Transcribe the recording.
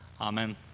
Amen